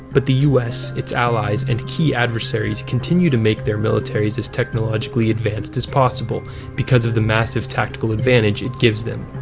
but the us, its allies, and key adversaries continue to make their militaries as technologically advanced as possible because of the massive tactical advantage it gives them.